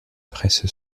presse